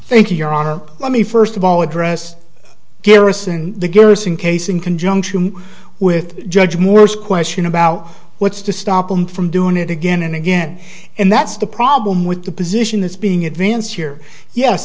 thank you your honor let me first of all address garrison the gears in case in conjunction with judge moore's question about what's to stop them from doing it again and again and that's the problem with the position that's being advanced here yes